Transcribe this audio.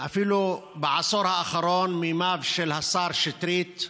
אפילו בעשור האחרון, מימיו של השר שטרית,